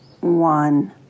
one